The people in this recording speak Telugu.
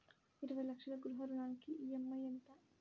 ఇరవై లక్షల గృహ రుణానికి ఈ.ఎం.ఐ ఎంత?